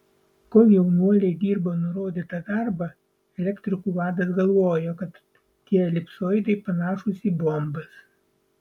kol jaunuoliai dirbo nurodytą darbą elektrikų vadas galvojo kad tie elipsoidai panašūs į bombas